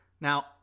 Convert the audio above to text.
now